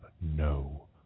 no